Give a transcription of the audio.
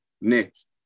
next